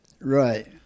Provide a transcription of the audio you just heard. Right